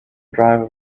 driver